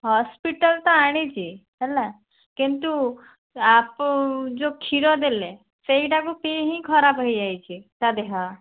hospital ତ ଆଣିଛି ହେଲା କିନ୍ତୁ ଯେଉଁ କ୍ଷୀର ଦେଲେ ସେଇଟାକୁ ପିଇ ହିଁ ଖରାପ ହେଇଯାଇଛି ତା ଦେହ